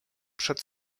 przed